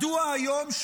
מדוע היום,